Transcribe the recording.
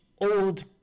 old –